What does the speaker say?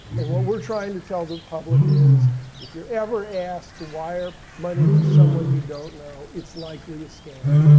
and what we're trying to tell the public is if you're ever asked to wire money to someone you don't know, it's likely a scam.